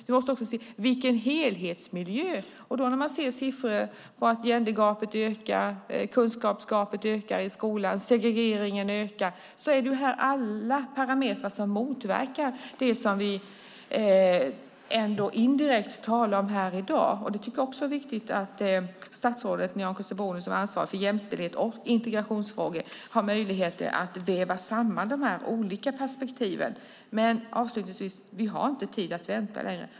Vi måste även se till helhetsmiljön. Vi ser siffror på att gendergapet ökar, kunskapsgapet i skolan ökar, segregeringen ökar. Alla dessa parametrar motverkar det som vi indirekt talar om i dag. Det är viktigt att statsrådet Nyamko Sabuni, som är ansvarig för jämställdhets och integrationsfrågor, har möjlighet att väva samman de olika perspektiven. Vi har inte tid att vänta längre.